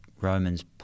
Romans